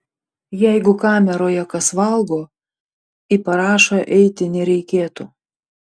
jeigu kameroje kas valgo į parašą eiti nereikėtų